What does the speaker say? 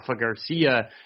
Garcia